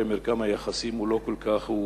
הרי מרקם היחסים הוא שברירי,